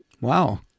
Wow